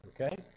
okay